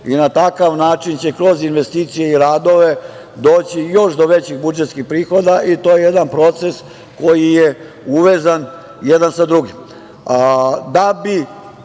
i na takav način će kroz investicije i radove doći i još do većih budžetskih prihoda i to je jedan proces koji je uvezan jedan sa drugim. Da